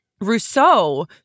Rousseau